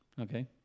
Okay